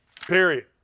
period